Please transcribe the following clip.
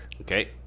Okay